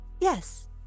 yes